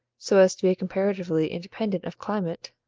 so as to be comparatively independent of climate